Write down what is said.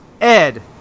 Ed